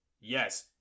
Yes